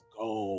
go